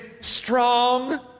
strong